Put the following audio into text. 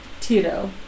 Tito